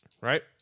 Right